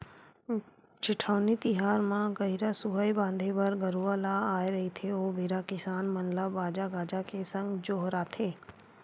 जेठउनी तिहार म गहिरा सुहाई बांधे बर गरूवा ल आय रहिथे ओ बेरा किसान मन ल बाजा गाजा के संग जोहारथे